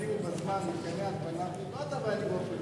שיתקינו מתקני התפלה, לא אתה ואני באופן אישי,